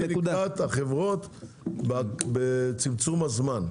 הלכתי לקראת החברות בצמצום הזמן.